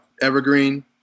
Evergreen